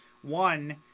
One